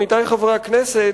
עמיתי חברי הכנסת,